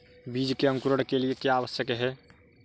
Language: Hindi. बीज के अंकुरण के लिए क्या आवश्यक है?